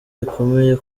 rikomeye